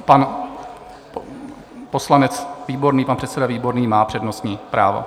Pan poslanec Výborný, pan předseda Výborný má přednostní právo.